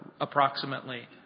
approximately